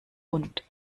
und